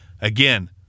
again